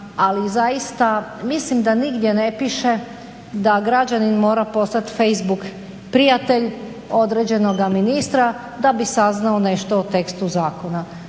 ali zaista mislim da nigdje ne piše da građanin mora postati facebook prijatelj određenoga ministra da bi saznao nešto o tekstu zakona.